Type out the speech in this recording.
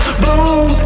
bloom